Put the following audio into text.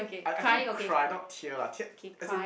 I I think cry not tear lah tear as in